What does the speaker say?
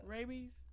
Rabies